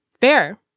Fair